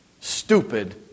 stupid